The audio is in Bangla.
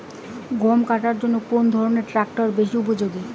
গম কাটার জন্য কোন ধরণের ট্রাক্টর বেশি উপযোগী?